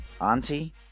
auntie